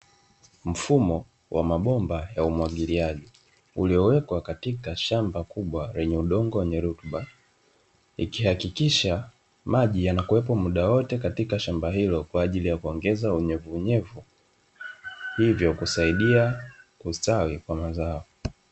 Mfumo wa mabomba ya umwagiliaji uliowekwa katika shamba kubwa lenye udongo wenye rutuba, ikihakikisha maji yanakuwepo muda wote katika shamba hilo kwa ajili ya kuongeza unyevuunyevu hivyo kusaidia kustawi kwa mazao.